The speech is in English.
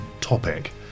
topic